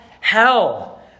hell